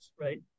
Right